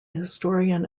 historian